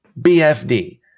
BFD